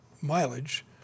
mileage